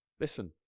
Listen